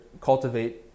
cultivate